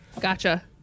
Gotcha